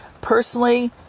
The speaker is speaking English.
personally